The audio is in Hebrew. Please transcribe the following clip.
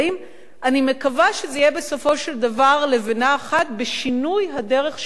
אני מקווה שהוא יהיה בסופו של דבר לבנה אחת בשינוי הדרך שבה לומדים,